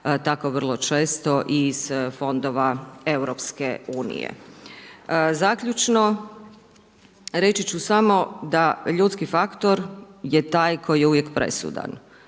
tako i vrlo često iz fondova EU. Zaključno, reći ću samo da ljudski faktor je taj koji je uvijek presudan,